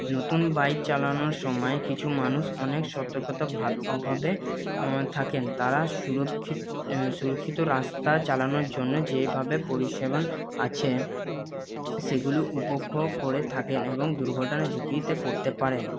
নতুন বাইক চালানোর সময় কিছু মানুষ অনেক সতর্কতা ভাবে অভাবে থাকেন তারা সুরক্ষিত রাস্তা চালানোর জন্য যেভাবে পরিষেবা আছে সেগুলো উপভোগ করে থাকেন এবং দুর্ঘটনা ঝুঁকিতে পড়তে পারেন